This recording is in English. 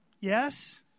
Yes